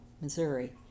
Missouri